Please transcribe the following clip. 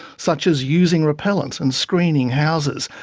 such as using repellent and screening houses,